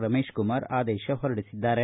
ರಮೇಶಕುಮಾರ ಆದೇಶ ಹೊರಡಿಸಿದ್ದಾರೆ